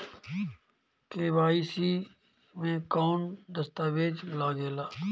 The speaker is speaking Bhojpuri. के.वाइ.सी मे कौन दश्तावेज लागेला?